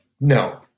no